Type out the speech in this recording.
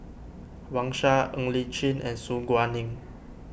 Wang Sha Ng Li Chin and Su Guaning